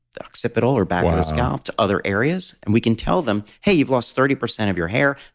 the occipital or back of the scalp, to other areas and we can tell them, hey you've lost thirty percent of your hair,